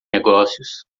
negócios